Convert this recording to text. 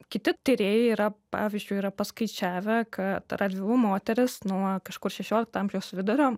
kiti tyrėjai yra pavyzdžiui yra paskaičiavę kad radvilų moterys nuo kažkur šešiolikto amžiaus vidurio